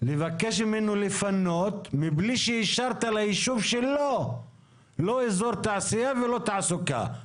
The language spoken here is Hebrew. לבקש ממנו לפנות מבלי שאישרת לישוב שלו לא אזור תעשיה ולא תעסוקה.